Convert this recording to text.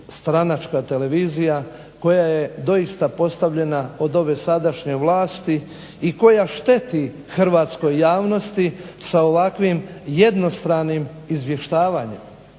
stranačka televizija koja je doista postavljena od ove sadašnje vlasti i koja šteti hrvatskoj javnosti sa ovakvim jednostranim izvještavanjem